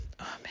Amen